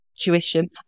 tuition